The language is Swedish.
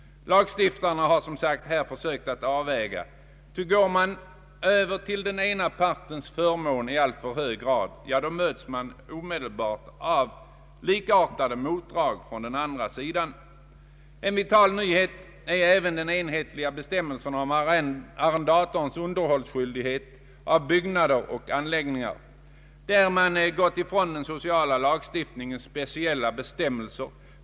Lagstiftarna har här försökt göra en avvägning, ty ger man i alltför hög grad förmåner åt den ena parten så möts det omedelbart av motdrag från den andra parten. En vital nyhet är även de enhetligare bestämmelserna om arrendatorns underhållsskyldighet av byggnader och anläggningar. Där har man gått ifrån den sociala lagstiftningens speciella bestämmelser.